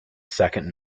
second